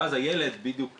ואז הילד בדיוק התקשר,